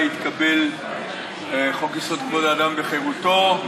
התקבל חוק-יסוד: כבוד האדם וחירותו.